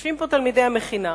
יושבים פה תלמידי המכינה,